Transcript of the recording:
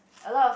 a lot of